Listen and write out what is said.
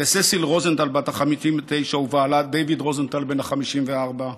ססיל רוזנטל בן ה-54 ואחיו דייוויד רוזנטל בן ה-54,